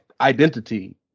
identity